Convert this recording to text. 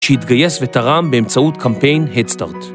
שהתגייס ותרם באמצעות קמפיין Headstart.